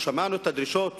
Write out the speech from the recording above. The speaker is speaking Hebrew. שמענו את הדרישות